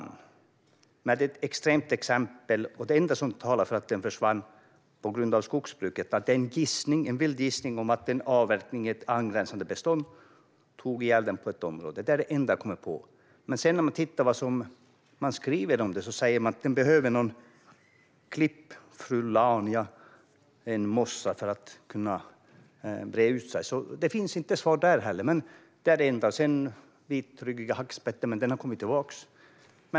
Men det är ett extremt exempel, och det enda som talar för att den försvann på grund av skogsbruket är en vild gissning om att en avverkning i ett angränsande bestånd hade ihjäl den i ett område. Det är det enda jag kommer på. Men när man läser vad som skrivs om den ser man att den behöver klippfrulania, en mossa, för att breda ut sig. Det finns alltså inte svar där heller. Sedan har man nämnt den vitryggiga hackspetten, men den har kommit tillbaka.